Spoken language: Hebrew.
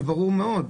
זה ברור מאוד.